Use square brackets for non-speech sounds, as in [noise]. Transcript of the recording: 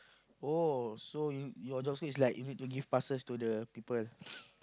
oh so you your job scope is like you need to give passes to the people [noise]